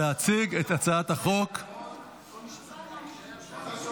הנושא הבא על סדר-היום, הצעת חוק הכניסה לישראל,